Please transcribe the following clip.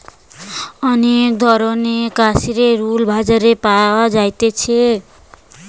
অনেক ধরণের কাশ্মীরের উল বাজারে পাওয়া যাইতেছে